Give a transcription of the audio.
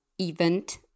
event